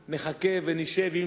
השאלה בהחלט במקומה,